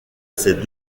ces